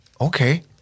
okay